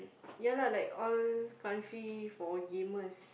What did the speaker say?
yeah lah like all country for gamers